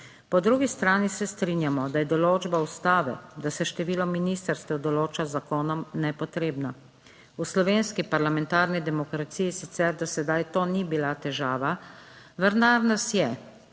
Po drugi strani se strinjamo, da je določba Ustave, da se število ministrstev določa z zakonom, nepotrebna. V slovenski parlamentarni demokraciji sicer do sedaj to ni bila težava, vendar nas je